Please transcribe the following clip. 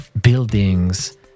buildings